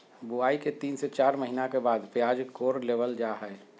बुआई के तीन से चार महीना के बाद प्याज कोड़ लेबल जा हय